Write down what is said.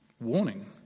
warning